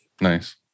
Nice